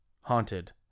haunted